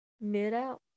mid-out